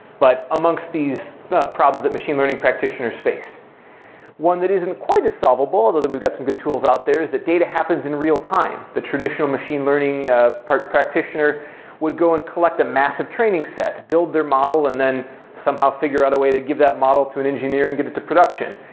but amongst these problems that machine learning practitioners face one that isn't quite as solvable, although we've got some good tools out there is that data happens in real-time the traditional machine learning part practitioner would go and collect a massive training set, build their model and then somehow figure out a way to give that model to an engineer and get it to production.